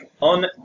on